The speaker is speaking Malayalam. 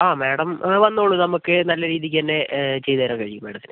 ആ മാഡം വന്നോളൂ നമുക്ക് നല്ല രീതിക്ക് തന്നെ ചെയ്ത് തരാൻ കഴിയും മാഡത്തിന്